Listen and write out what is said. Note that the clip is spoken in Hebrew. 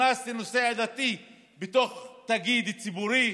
שנכנס לנושא העדתי בתוך תאגיד ציבורי.